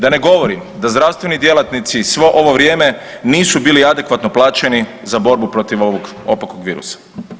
Da ne govorim da zdravstveni djelatnici svo ovo vrijeme nisu bili adekvatno plaćeni za borbu protiv ovog opakog virusa.